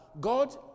God